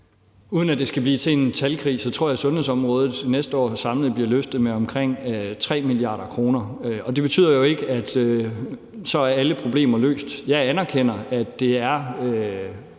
Uden at det skal blive til en talkrig, tror jeg, sundhedsområdet næste år samlet bliver løftet med omkring 3 mia. kr. Og det betyder jo ikke, at så er alle problemer løst. Jeg anerkender, at det er